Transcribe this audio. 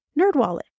Nerdwallet